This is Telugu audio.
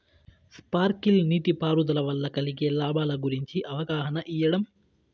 స్పార్కిల్ నీటిపారుదల వల్ల కలిగే లాభాల గురించి అవగాహన ఇయ్యడం?